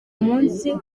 munsi